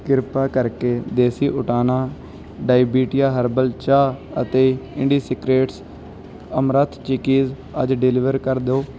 ਕਿਰਪਾ ਕਰਕੇ ਦੇਸੀ ਊਟਾਨਾ ਡਾਇਬਿਟੀਆ ਹਰਬਲ ਚਾਹ ਅਤੇ ਇੰਡੀਸਿਕ੍ਰੇਟਸ ਅਮਰੰਥ ਚਿੱਕੀਸ ਅੱਜ ਡਿਲੀਵਰ ਕਰ ਦਿਓ